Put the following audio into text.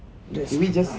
just